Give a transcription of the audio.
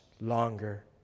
longer